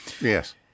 Yes